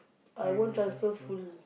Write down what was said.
then you won't transfer